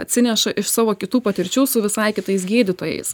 atsineša iš savo kitų patirčių su visai kitais gydytojais